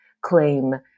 claim